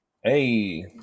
Hey